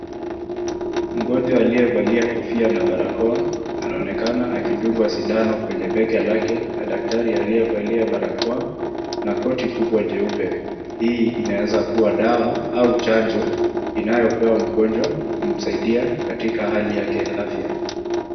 Mgonjwa aliye valia kofia na barakoa, anaonekana akidungwa sindano kwenye bega lake na daktari aliyevalia barakoa, na koti kubwa jeupe. Hii inaweza kuwa dawa au chanjo inayopewa mgonjwa kumsaidia katika hali yake ya afya.